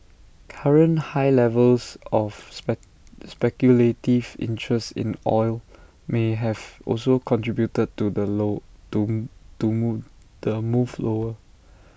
current high levels of speculative interest in oil may have also contributed to the low to to move the move lower